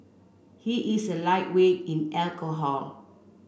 he is a lightweight in alcohol